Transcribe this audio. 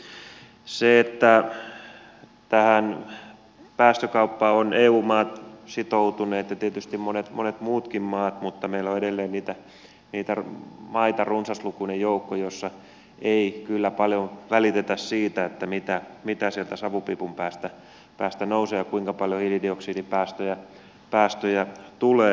tähän päästökauppaan ovat eu maat sitoutuneet ja tietysti monet muutkin maat mutta meillä on edelleen runsaslukuinen joukko niitä maita joissa ei kyllä paljon välitetä siitä mitä sieltä savupiipun päästä nousee ja kuinka paljon hiilidioksidipäästöjä tulee